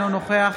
אינו נוכח